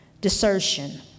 desertion